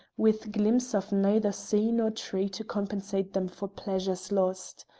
with glimpse of neither sea nor tree to compensate them for pleasures lost.